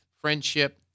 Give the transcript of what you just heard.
friendship